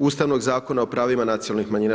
Ustavnog zakona o pravima nacionalnih manjina.